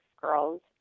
girls